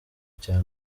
cya